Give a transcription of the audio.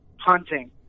hunting